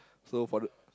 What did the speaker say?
so for the